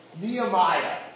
Nehemiah